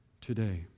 today